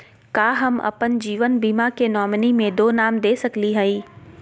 का हम अप्पन जीवन बीमा के नॉमिनी में दो नाम दे सकली हई?